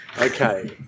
Okay